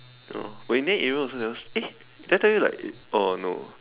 no but in the end Adrian also never eh did I tell you like oh no